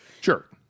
sure